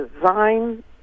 design